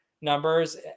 numbers